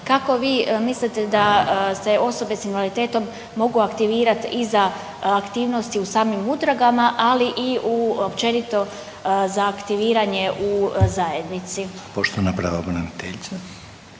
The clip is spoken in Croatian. kako vi mislite da se osobe s invaliditetom mogu aktivirati i za aktivnosti u samim udrugama, ali i u općenito za aktiviranje u zajednici. **Reiner, Željko